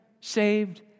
saved